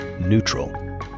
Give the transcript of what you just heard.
neutral